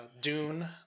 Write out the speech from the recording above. Dune